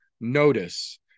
notice